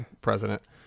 president